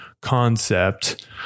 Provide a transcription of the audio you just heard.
concept